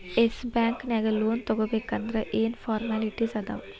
S Bank ನ್ಯಾಗ್ loan ತಗೊಬೇಕಂದ್ರ ಏನೇನ್ ಫಾರ್ಮ್ಯಾಲಿಟಿಸ್ ಅದಾವ?